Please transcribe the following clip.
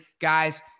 guys